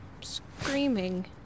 screaming